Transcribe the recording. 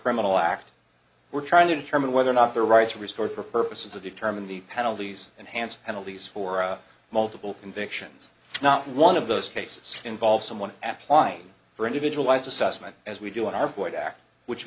criminal act we're trying to determine whether or not there are rights restored for purposes of determine the penalties enhanced and all these for multiple convictions not one of those cases involve someone appling for individualized assessment as we do on our board act which